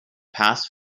past